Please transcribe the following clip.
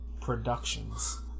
Productions